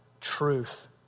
truth